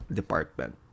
department